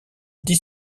dix